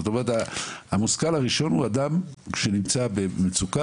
המושכל הראשון הוא אדם שנמצא במצוקה,